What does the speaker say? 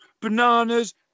bananas